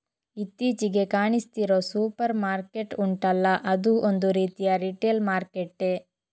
ಇತ್ತೀಚಿಗೆ ಕಾಣಿಸ್ತಿರೋ supermarket ಉಂಟಲ್ಲ ಅದೂ ಒಂದು ರೀತಿಯ ರಿಟೇಲ್ ಮಾರ್ಕೆಟ್ಟೇ